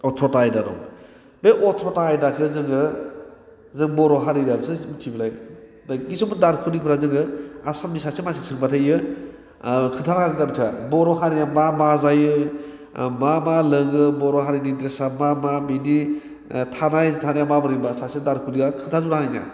अथ्र'था आयदा दं बे अथ्र'था आयदाखौ जोङो जों बर' हारियासो मिथिबाय बे खिसुमान दारखुनिफ्रा जोङो आसामनि सासे मानसिया सोंबाथायो खोन्थानो हागोन बिथाङा बर' हारिया मा मा जायो ओम मा मा लोङो बर' हारिनि ड्रेसा मा मा बेनि थानाय थानाया माब्रै होनबा सासे दारकनिका खोन्थाजोबनो हानाय नङा